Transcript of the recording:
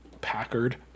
Packard